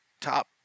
top